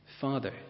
Father